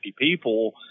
people